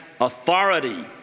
authority